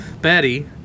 Betty